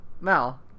Mal